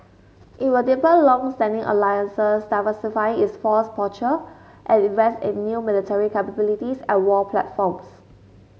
it will deepen longstanding alliances diversify its force posture and invest in new military capabilities and war platforms